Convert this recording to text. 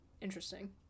Interesting